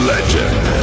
Legend